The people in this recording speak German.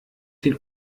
den